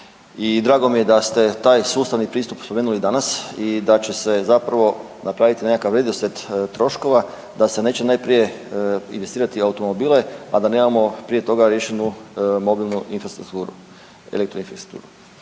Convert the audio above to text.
drago mi je da ste taj sustavni pristup spomenuli danas i da će se zapravo napraviti nekakav redoslijed troškova da se neće najprije registrirati automobile, a da nemamo prije toga riješenu mobilnu infrastrukturu,